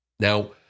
Now